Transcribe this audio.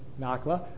Nakla